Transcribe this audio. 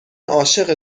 عاشق